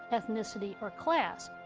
ethnicity, or class,